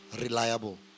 reliable